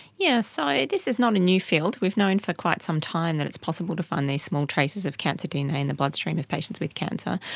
yeah so this is not a new field. we've known for quite some time that it's possible to find these small traces of cancer dna in the bloodstream of patients with cancer.